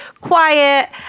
quiet